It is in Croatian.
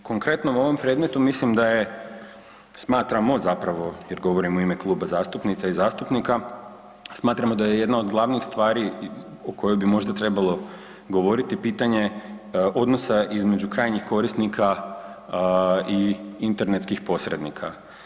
U konkretnom ovom predmetu mislim da je, smatramo zapravo jer govorim u ime kluba zastupnica i zastupnika, smatramo da je jedna od glavnih stvari o kojoj bi možda trebalo govoriti pitanje odnosa između krajnjih korisnika i internetskih posrednika.